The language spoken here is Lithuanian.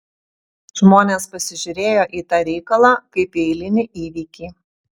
žmonės pasižiūrėjo į tą reikalą kaip į eilinį įvykį